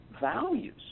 values